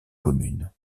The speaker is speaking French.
commune